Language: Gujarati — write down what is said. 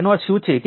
તેથી આ ભાગ 0